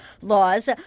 Laws